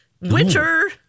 Winter